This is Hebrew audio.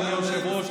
אדוני היושב-ראש.